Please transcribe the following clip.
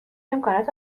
امکانات